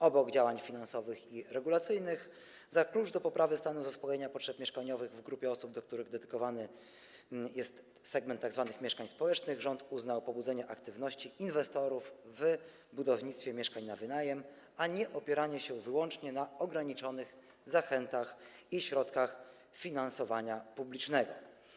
Obok działań finansowych i regulacyjnych za klucz do poprawy stanu zaspokojenia potrzeb mieszkaniowych w grupie osób, której dedykowany jest segment tzw. mieszkań społecznych, rząd uznał pobudzenie aktywności inwestorów w budownictwie mieszkań na wynajem, a nie opieranie się wyłącznie na ograniczonych zachętach i środkach finansowania publicznego.